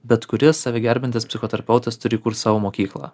bet kuris save gerbiantis psichoterapeutas turi kurt savo mokyklą